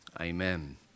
Amen